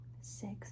six